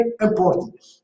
important